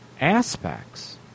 aspects